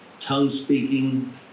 tongue-speaking